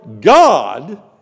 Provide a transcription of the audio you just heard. God